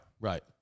right